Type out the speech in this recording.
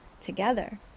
together